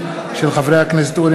כי הונחו היום על שולחן הכנסת,